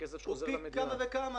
הוא פי כמה וכמה.